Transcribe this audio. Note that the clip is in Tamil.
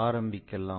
ஆரம்பிக்கலாம்